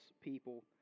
people